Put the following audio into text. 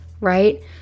right